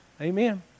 Amen